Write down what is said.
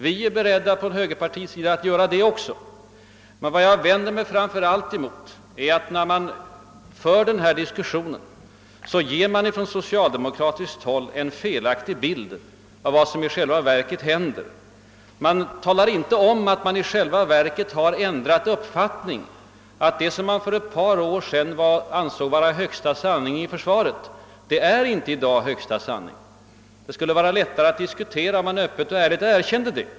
Vi i högerpartiet är och har varit beredda att göra det. Men vad jag nu vänder mig emot är att socialdemokraterna i diskussionen ger en felaktig bild av vad som i själva verket hänt. Man talar inte om att man faktiskt har ändrat uppfattning och att det som man för ett par år sedan ansåg vara högsta sanning i försvarsfrågan i dag inte längre är högsta sanning. Det skulle vara lättare att diskutera, om socialdemokraterna öppet och ärligt erkände det.